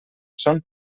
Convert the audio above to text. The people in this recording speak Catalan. són